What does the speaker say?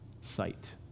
sight